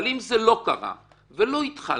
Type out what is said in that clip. אבל אם זה לא קרה ולא התחלתם,